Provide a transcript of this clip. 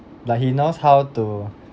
like he knows how to